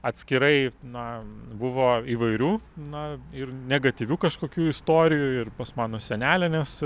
atskirai na buvo įvairių na ir negatyvių kažkokių istorijų ir pas mano senelę nes